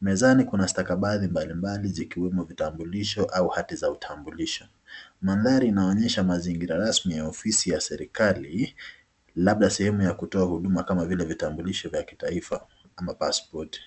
Mezani kuna stakabadhi mbali mbali zikiwemo vitambulisho au hati za kitambulisho. Mandhari inaonesha mazingira rasmi ya ofisi ya serekali labda sehemu ya kutoa huduma kama vile vitambulisho vya kitaifa ama paspoti.